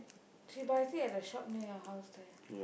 she buys it at the shop near your house there